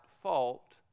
fault